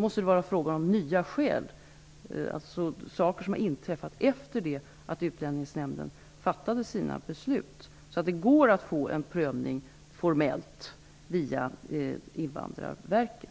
måste det vara fråga om nya skäl, dvs. saker som har inträffat efter det att Utlänningsnämnden har fattat beslut. Det går att få en formell prövning via Invandrarverket.